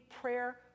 prayer